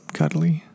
cuddly